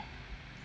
mm